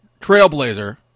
Trailblazer